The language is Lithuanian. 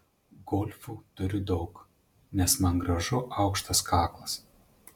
golfų turiu daug nes man gražu aukštas kaklas